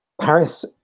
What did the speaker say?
paris